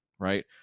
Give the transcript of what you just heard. right